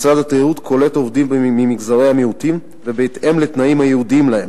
משרד התיירות קולט עובדים ממגזרי המיעוטים בהתאם לתנאים הייעודיים להם.